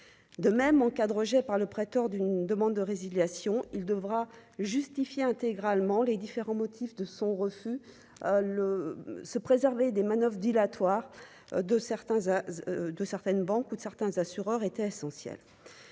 de même encadre par le prêteur d'une demande de résiliation, il devra justifier intégralement les différents motifs de son refus le se préserver des manoeuvres dilatoires de certains à de certaines banques ou de certains assureurs est essentiel,